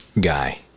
guy